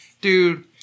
Dude